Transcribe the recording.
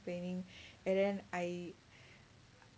planning and then I